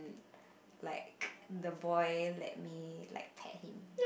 like the boy let me let a pay